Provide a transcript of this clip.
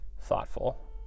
thoughtful